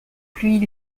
plus